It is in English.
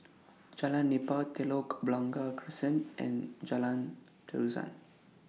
Jalan Nipah Telok Blangah Crescent and Jalan Terusan